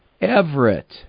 Everett